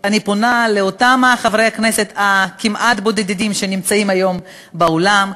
אני פונה לאותם חברי הכנסת הכמעט-בודדים שנמצאים היום באולם,